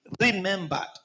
remembered